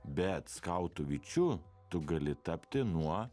bet skautu vyčiu tu gali tapti nuo